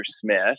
Smith